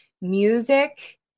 music